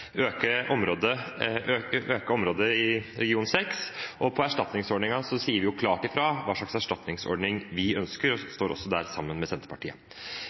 øke området i region 6, og når det gjelder erstatningsordningen, sier vi klart fra om hva slags erstatningsordning vi ønsker, og vi står også der sammen med Senterpartiet.